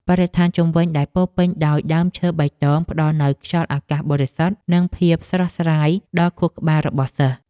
បរិស្ថានជុំវិញដែលពោរពេញដោយដើមឈើបៃតងផ្តល់នូវខ្យល់អាកាសបរិសុទ្ធនិងភាពស្រស់ស្រាយដល់ខួរក្បាលរបស់សិស្ស។